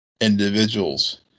individuals